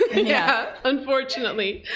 yeah, unfortunately.